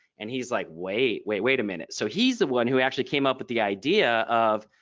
and he's like wait, wait, wait a minute. so he's the one who actually came up with the idea of.